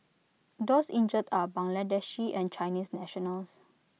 those injured are Bangladeshi and Chinese nationals